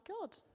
God